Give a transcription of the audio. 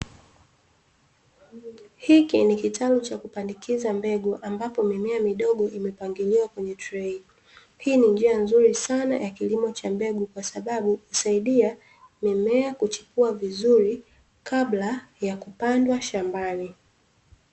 Hiki ni kitalu cha kupandikiza mbegu, ambapo mimea midogo imepangiliwa kwenye trei. Hii ni njia nzuri sana ya kilimo cha mbegu kwa sababu husaidia mimea kuchipua vizuri kabla ya kupandwa shambani.